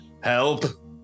help